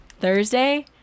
Thursday